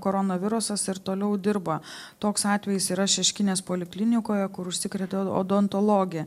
koronavirusas ir toliau dirba toks atvejis yra šeškinės poliklinikoje kur užsikrėtė odontologė